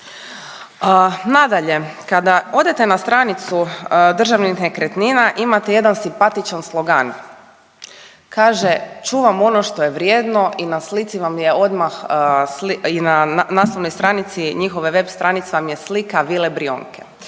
Nadalje, kada odete na stranicu Državnih nekretnina imate jedan simpatičan slogan. Kaže, čuvam ono što je vrijedno i na slici vam je odmah, i na naslovnoj stranici njihove web stranice vam je slika Vile Brijunke.